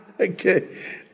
Okay